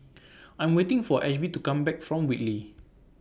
I'm waiting For Ashby to Come Back from Whitley